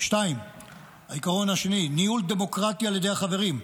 2. ניהול דמוקרטי על ידי החברים.